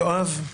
יואב,